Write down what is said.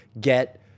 get